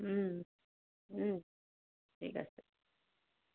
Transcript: ঠিক আছে